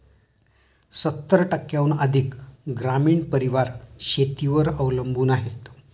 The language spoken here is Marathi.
सत्तर टक्क्यांहून अधिक ग्रामीण परिवार शेतीवर अवलंबून आहेत